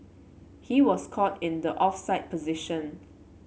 he was caught in the offside position